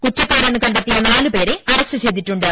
കുറ്റ ക്കാരെന്ന് കണ്ടെത്തിയ നാലുപേരെ അറസ്റ്റ് ചെയ്തിട്ടുണ്ട്